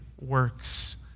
works